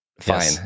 fine